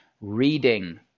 reading